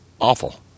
awful